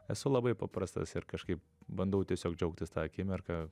esu labai paprastas ir kažkaip bandau tiesiog džiaugtis ta akimirka